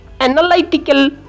analytical